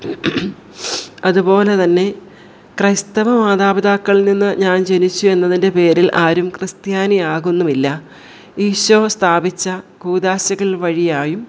അതുപോലെതന്നെ ക്രൈസ്തവ മാതാപിതാക്കൾ നിന്ന് ഞാൻ ജനിച്ചു എന്നതിൻ്റെ പേരിൽ ആരും ക്രിസ്ത്യാനി ആകുന്നുമില്ല ഈശോ സ്ഥാപിച്ച കൂദാശകൾ വഴിയായും